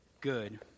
good